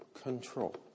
control